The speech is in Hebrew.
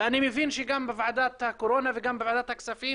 ואני מבין שגם בוועדת הקורונה וגם בוועדת הכספים